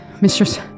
Mistress